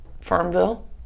FarmVille